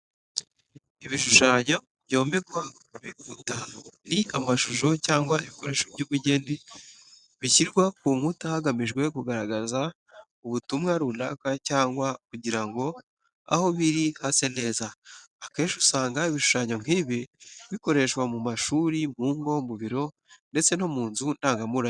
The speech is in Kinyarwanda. Ibishushanyo byomekwa ku bikuta, ni amashusho cyangwa ibikoresho by'ubugeni bishyirwa ku nkuta hagamijwe kugaragaza ubutumwa runaka cyangwa kugira ngo aho biri hase neza. Akenshi usanga ibishushanyo nk'ibi bikoreshwa mu mashuri, mu ngo, mu biro ndetse no mu nzu ndangamurage.